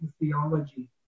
theology